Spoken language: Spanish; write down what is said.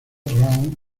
round